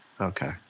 Okay